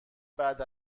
بعد